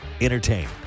Entertain